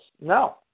No